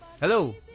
Hello